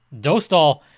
Dostal